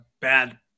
bad